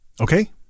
Okay